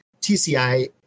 TCI